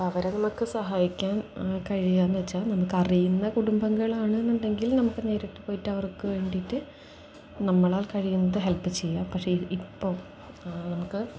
അപ്പം അവരെ നമുക്ക് സഹായിക്കാൻ കഴിയുകയെന്നു വെച്ചാൽ നമുക്കറിയുന്ന കുടുംബങ്ങളാണെന്നുണ്ടെങ്കിൽ നമുക്ക് നേരിട്ടു പോയിട്ട് അവർക്കു വേണ്ടിയിട്ട് നമ്മളാൽ കഴിയുന്നത് ഹെല്പ് ചെയ്യാം പക്ഷേ ഇപ്പോൾ നമുക്ക്